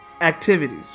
activities